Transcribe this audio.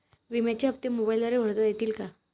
विम्याचे हप्ते मोबाइलद्वारे भरता येतील का?